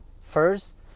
first